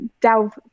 delve